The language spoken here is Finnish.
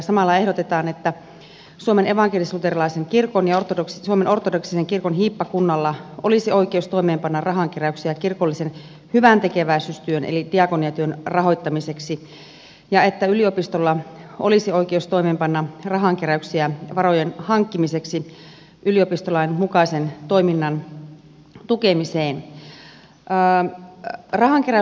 samalla ehdotetaan että suomen evankelisluterilaisen kirkon ja suomen ortodoksisen kirkon hiippakunnalla olisi oikeus toimeenpanna rahankeräyksiä kirkollisen hyväntekeväisyystyön eli diakoniatyön rahoittamiseksi ja että yliopistolla olisi oikeus toimeenpanna rahankeräyksiä varojen hankkimiseksi yliopistolain mukaisen toiminnan tukemiseen